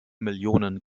millionen